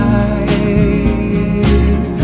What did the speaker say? eyes